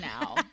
now